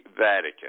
vatican